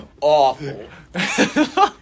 awful